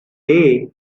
day